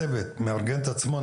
הצוות מארגן את עצמו,